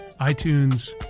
iTunes